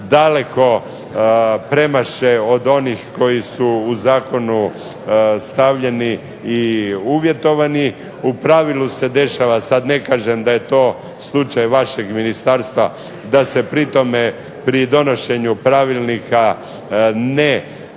daleko premaše od onih koji su u zakonu stavljeni i uvjetovani. U pravilu se dešava sad ne kažem da je to slučaj vašeg ministarstva da se pri tome, pri donošenju pravilnika ne